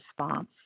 response